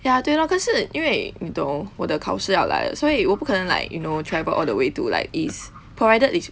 ya 对 lor 可是因为你懂我的考试要来了所以我不可能 like you know travel all the way to like east provided is